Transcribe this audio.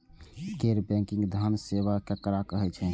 गैर बैंकिंग धान सेवा केकरा कहे छे?